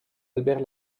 albert